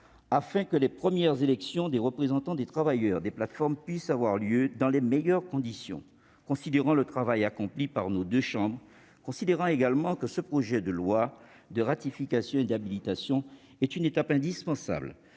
afin que les premières élections des représentants des travailleurs des plateformes puissent avoir lieu dans les meilleures conditions. Considérant le travail accompli par nos deux chambres, mais également le fait que ce projet de loi de ratification et d'habilitation est une étape indispensable,